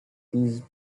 these